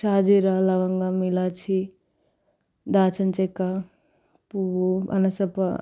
షాజీరా లవంగం ఇలాచీ దాల్చిన చెక్క పువ్వు అలస